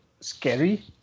scary